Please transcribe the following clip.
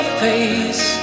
face